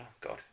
God